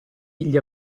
gli